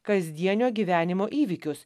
kasdienio gyvenimo įvykius